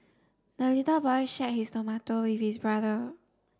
the little boy shared his tomato with his brother